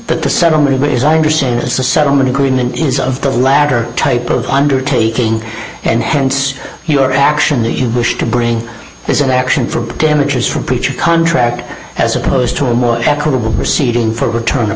that the settlement is i understand the settlement agreement is of the latter type of undertaking and hence your action that you wish to bring this an action for damages for preacher contract as opposed to a more equitable proceeding for return of